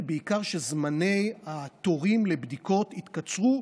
ובעיקר שזמני התורים לבדיקות יתקצרו,